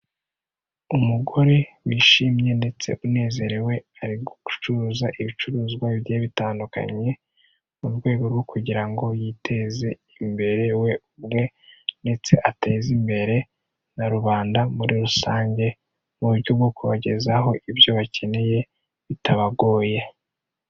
Umugore wishimye ndetse unezerewe, ari gucuruza ibicuruzwa bigiye bitandukanye, mu rwego rwo kugira ngo yiteze imbere we ubwe, ndetse ateze imbere na rubanda muri rusange, mu buryo bwo kubagezaho ibyo bakeneye bitabagoye.